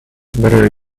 better